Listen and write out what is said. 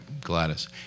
gladys